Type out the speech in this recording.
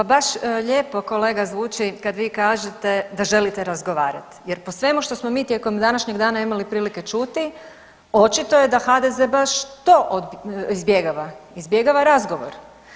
Pa baš lijepo kolega zvuči kad vi kažete da želite razgovarat jer po svemu što smo mi tijekom današnjeg dana imali prilike čuti očito je da HDZ baš to izbjegava, izbjegava razgovor.